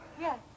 Yes